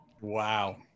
Wow